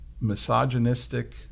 misogynistic